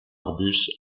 arbuste